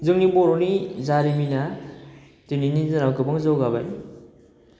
जोंनि बर'नि जारिमिना दिनैनि दिनाव गोबां जौगाबाय